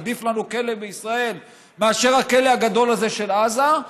עדיף לנו כלא בישראל מאשר הכלא הגדול הזה של עזה,